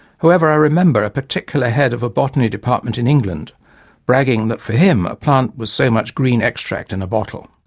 however, i remember a particular head of a botany department in england bragging that for him a plant was so much green extract in a bottle.